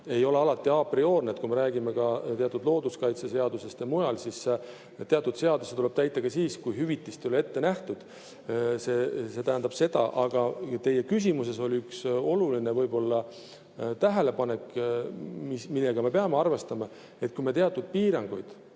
ei ole alati aprioorne. Kui me räägime looduskaitseseadusest ja muust, siis teatud seadusi tuleb täita ka siis, kui hüvitist ei ole ette nähtud. See tähendab seda. Aga teie küsimuses oli üks oluline tähelepanek, millega me peame arvestama. Kui me teatud piiranguid